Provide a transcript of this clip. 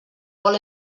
vol